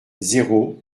zéro